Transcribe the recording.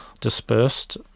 dispersed